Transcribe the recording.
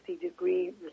degree